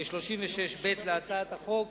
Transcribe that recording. ו-36(ב) להצעת החוק.